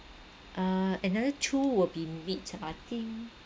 uh another two will be meat I think